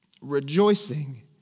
rejoicing